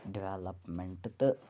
development تہٕ